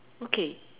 okay